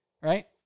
Right